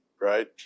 right